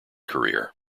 career